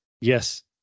Yes